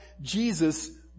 Jesus